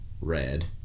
red